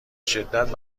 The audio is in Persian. شدت